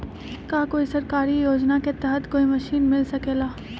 का कोई सरकारी योजना के तहत कोई मशीन मिल सकेला?